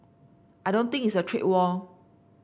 I don't think it's a trade war